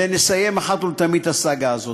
ונסיים אחת ולתמיד את הסאגה הזאת.